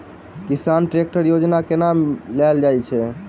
किसान ट्रैकटर योजना केना लेल जाय छै?